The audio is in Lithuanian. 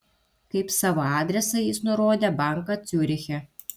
kaip savo adresą jis nurodė banką ciuriche